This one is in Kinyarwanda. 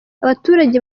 abaturage